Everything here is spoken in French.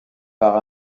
par